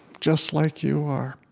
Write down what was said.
just like you are.